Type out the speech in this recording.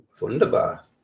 Wunderbar